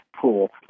pool